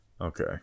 Okay